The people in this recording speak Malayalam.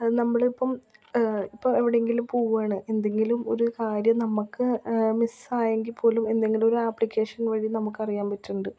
നമ്മൾ ഇപ്പം ഇപ്പം ഇപ്പം എവിടെ എങ്കിലും പോവുകയാണ് എന്തെങ്കിലും ഒരു കാര്യം നമ്മൾക്ക് മിസ്സായെങ്കിൽ പോലും എന്തെങ്കിലും ഒരു അപ്ലിക്കേഷൻ വഴി നമുക്ക് അറിയാൻ പറ്റുന്നത് കൊണ്ട്